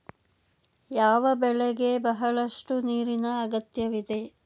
ಯಾವ ಬೆಳೆಗೆ ಬಹಳಷ್ಟು ನೀರಿನ ಅಗತ್ಯವಿದೆ?